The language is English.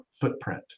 footprint